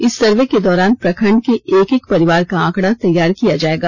इस सर्वे के दौरान प्रखंड के एक एक परिवार का आंकड़ा तैयार किया जाएगा